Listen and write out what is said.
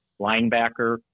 linebacker